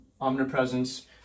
Omnipresence